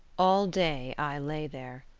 all day i lay there.